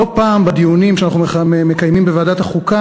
לא פעם בדיונים שאנחנו מקיימים בוועדת החוקה,